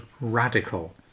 radical